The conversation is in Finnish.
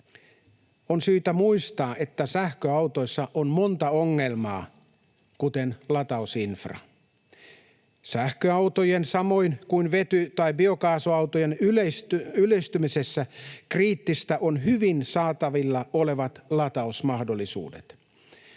On syytä muistaa, että sähköautoissa on monta ongelmaa, kuten latausinfra. Sähköautojen samoin kuin vety‑ tai biokaasuautojen yleistymisessä kriittisiä ovat hyvin saatavilla olevat lataus‑ ja tankkausmahdollisuudet.